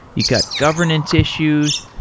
you got governance issues.